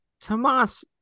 Tomas